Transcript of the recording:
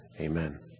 Amen